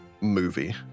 movie